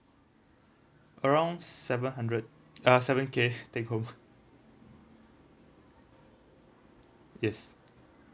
around seven hundred uh seven K take loan yes